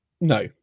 No